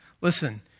listen